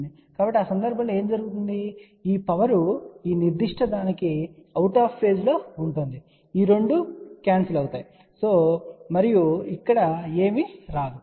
కాబట్టి ఆ సందర్భంలో ఏమి జరుగుతుంది ఈ పవర్ ఈ నిర్దిష్ట దానికి అవుట్ ఆఫ్ పేజ్ లో ఉంటుంది ఈ 2 రద్దు చేయబడతాయి మరియు ఇక్కడ ఏమీ రాదు